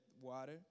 water